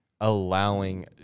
allowing